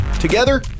Together